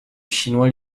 chinois